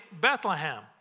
Bethlehem